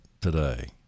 today